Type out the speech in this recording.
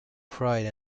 pride